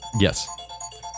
Yes